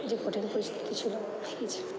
যে কঠিন পরিস্থিতি ছিলো